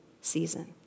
season